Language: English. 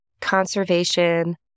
conservation